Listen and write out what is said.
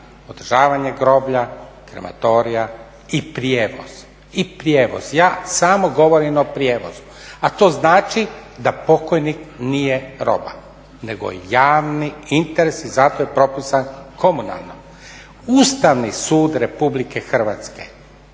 održavanje groblja, krematorija i prijevoz. Ja samo govorim o prijevozu, a to znači da pokojnik nije roba nego javni interes i zato je propisan komunalna. Ustavni sud RH je također